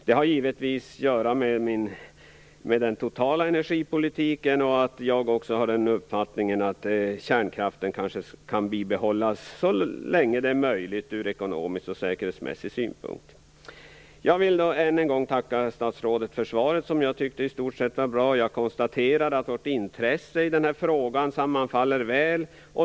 Det har givetvis att göra med den totala energipolitiken och med att jag har den uppfattningen att kärnkraften kan bibehållas så länge det är möjligt ur ekonomisk och säkerhetsmässig synpunkt. Jag vill än en gång tacka statsrådet för svaret, som jag i stort sett tyckte var bra. Jag konstaterar att vårt intresse i denna fråga väl sammanfaller.